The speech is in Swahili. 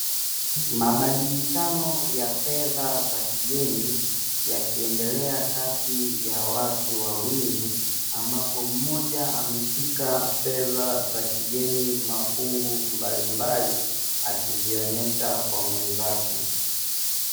Mabadilishano ya fedha za kigeni yakiendelea kati ya watu wawili; ambapo mmoja ameshika fedha za kigeni mafungu mbalimbali, akizionyesha kwa mwenzake.